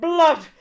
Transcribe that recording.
Blood